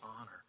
honor